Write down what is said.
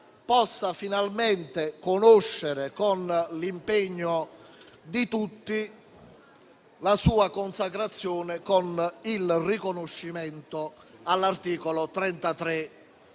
possa finalmente conoscere, con l'impegno di tutti, la sua consacrazione con il riconoscimento all'articolo 33